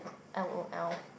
L O L